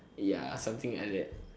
ya something like that